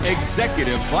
Executive